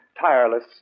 tireless